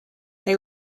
they